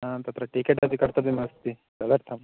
तत्र टिकेट् अपि कर्तव्यमस्ति तदर्थं